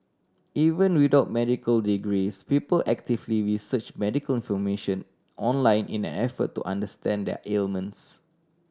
even without medical degrees people actively research medical information online in an effort to understand their ailments